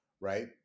right